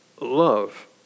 love